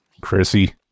Chrissy